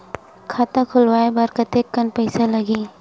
खाता खुलवाय बर कतेकन पईसा लगही?